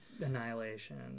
Annihilation